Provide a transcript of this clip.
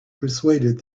persuaded